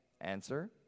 Answer